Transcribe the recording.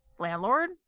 landlord